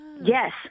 Yes